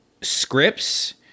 scripts